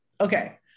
Okay